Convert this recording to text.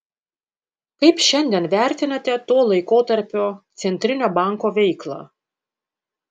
kaip šiandien vertinate to laikotarpio centrinio banko veiklą